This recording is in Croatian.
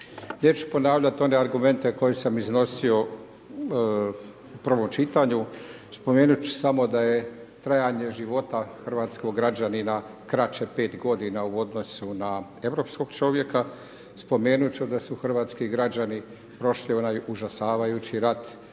Neću ponavljati one argumente koje sam iznosio u prvom čitanju. Spomenuti ću samo da je trajanje života hrvatskog građanina kraće 5 godina u odnosu na europskog čovjeka. Spomenuti ću da su hrvatski građani prošli onaj užasavajući rat,